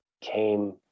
came